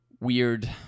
weird